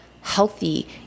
healthy